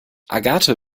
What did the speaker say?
agathe